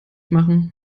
machen